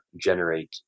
generate